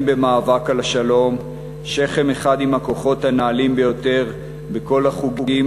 במאבק על השלום שכם אחד עם הכוחות הנעלים ביותר בכל החוגים